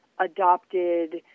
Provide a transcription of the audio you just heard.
adopted